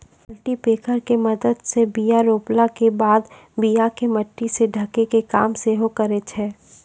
cultipacker के मदत से बीया रोपला के बाद बीया के मट्टी से ढकै के काम सेहो करै छै